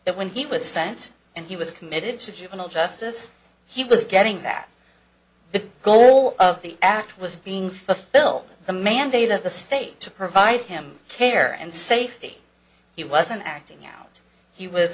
that when he was sent and he was committed to juvenile justice he was getting that the goal of the act was being a fill in the mandate of the state to provide him care and safety he wasn't acting out he was